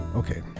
Okay